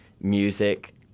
music